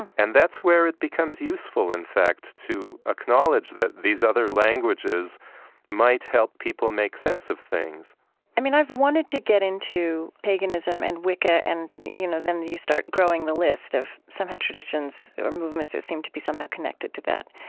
and that's where it becomes useful, in fact, to acknowledge that these other languages might help people make sense of things i mean, i've wanted to get into paganism and wicca and, you know, then you start growing the list of, somehow, traditions or movements that seem to be somehow connected to that,